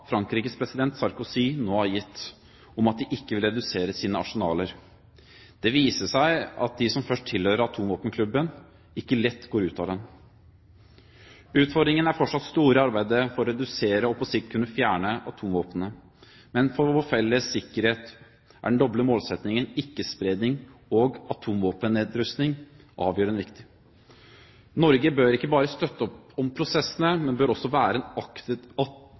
Frankrikes president, Sarkozy, nå har gitt om at de ikke vil redusere sine arsenaler. Det viser seg at de som først tilhører atomvåpenklubben, ikke lett går ut av den. Utfordringene er fortsatt store i arbeidet for å redusere og på sikt kunne fjerne atomvåpnene. Men for vår felles sikkerhet er den doble målsettingen, ikke-spredning og atomvåpennedrustning, avgjørende viktig. Norge bør ikke bare støtte opp om prosessene, men bør også være en aktiv